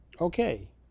okay